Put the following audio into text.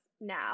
now